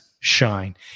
Shine